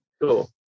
cool